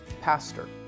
pastor